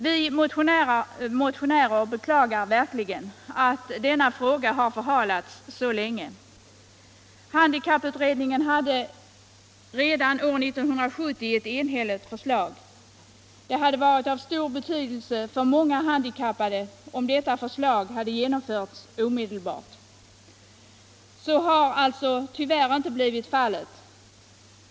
Vi motionärer beklagar verkligen att denna fråga har förhalats så länge. Handikapputredningen framlade redan 1970 ett enhälligt förslag, och det hade varit av stor betydelse för många handikappade, om detta förslag hade genomförts omedelbart. Så har tyvärr inte blivit fallet.